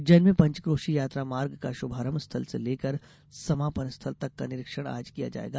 उज्जैन में पंचक्रोशी यात्रा मार्ग का शुभारम्भ स्थल से लेकर समापन स्थल तक का निरीक्षण आज किया जायेगा